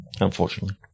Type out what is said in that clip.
Unfortunately